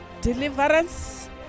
deliverance